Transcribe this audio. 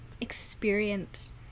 experience